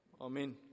amen